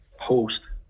host